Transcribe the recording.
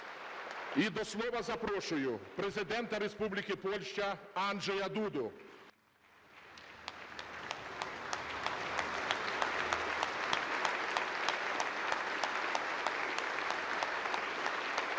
І до слова запрошую Президента Республіки Польща Анджея Дуду. (Оплески)